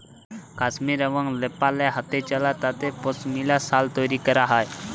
কাশ্মীর এবং লেপালে হাতেচালা তাঁতে পশমিলা সাল তৈরি ক্যরা হ্যয়